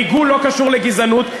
ריגול לא קשור לגזענות,